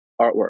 artwork